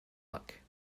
luck